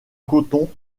coton